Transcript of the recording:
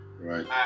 Right